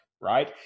right